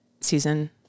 season